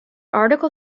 article